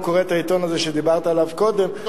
קורא את העיתון הזה שדיברת עליו קודם,